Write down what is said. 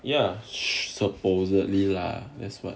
ya supposedly lah that's what